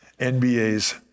NBA's